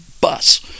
bus